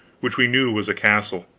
which we knew was a castle.